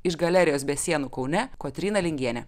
iš galerijos be sienų kaune kotryna lingienė